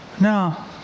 no